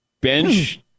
bench